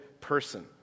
person